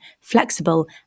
flexible